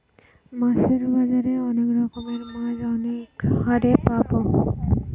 মাছের বাজারে অনেক রকমের মাছ অনেক হারে পাবো